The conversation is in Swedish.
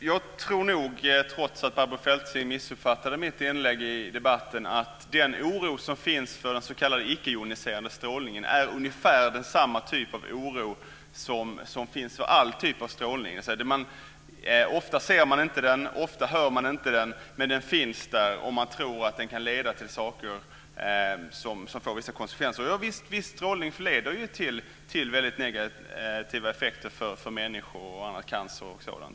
Fru talman! Trots att Barbro Feltzing missuppfattade mitt inlägg i debatten så tror jag att den oro som finns för den s.k. icke joniserande strålningen är ungefär samma typ av oro som finns för all typ av strålning. Ofta ser eller hör man inte strålningen, men den finns där och man tror att den kan leda till saker som får vissa konsekvenser. Och visst - viss strålning leder till negativa effekter för människor, t.ex. cancer.